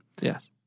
Yes